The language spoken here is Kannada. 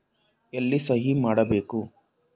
ಎಲ್ಲಿ ಸಹಿ ಮಾಡಬೇಕು?